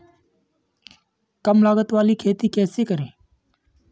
कम लागत वाली खेती कैसे करें?